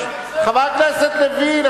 חבר הכנסת לוין,